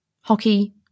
hockey